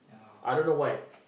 I don't know why